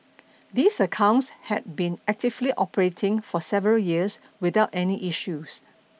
these accounts had been actively operating for several years without any issues